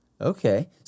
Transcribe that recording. Okay